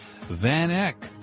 VanEck